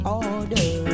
order